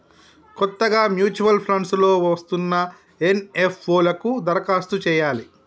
కొత్తగా mutual funds లో వస్తున్న ఎన్.ఎఫ్.ఓ లకు దరఖాస్తు చేయాలి